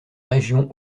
région